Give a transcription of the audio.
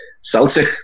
Celtic